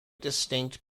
distinct